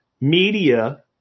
media